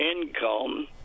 income